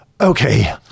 okay